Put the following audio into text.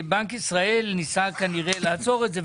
בנק ישראל ניסה כנראה לעצור את זה,